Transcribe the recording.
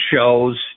shows